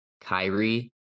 Kyrie